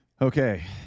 Okay